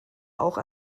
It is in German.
auch